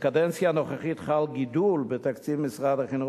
בקדנציה הנוכחית חל גידול בתקציב משרד החינוך